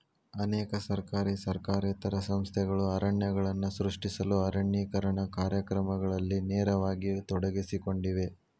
ಅನೇಕ ಸರ್ಕಾರಿ ಸರ್ಕಾರೇತರ ಸಂಸ್ಥೆಗಳು ಅರಣ್ಯಗಳನ್ನು ಸೃಷ್ಟಿಸಲು ಅರಣ್ಯೇಕರಣ ಕಾರ್ಯಕ್ರಮಗಳಲ್ಲಿ ನೇರವಾಗಿ ತೊಡಗಿಸಿಕೊಂಡಿವೆ